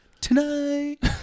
tonight